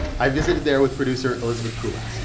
i visited there with producer elizabeth kulas